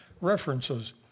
references